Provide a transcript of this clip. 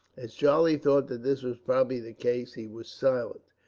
as charlie thought that this was probably the case, he was silent,